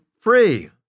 free